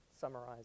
summarize